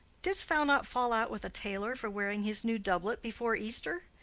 didst thou not fall out with a tailor for wearing his new doublet before easter,